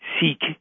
seek